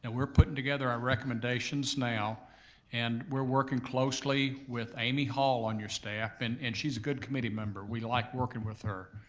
and we're putting together our recommendations now and we're working closely with amy hall on your staff and and she's a good committee member, we like working with her.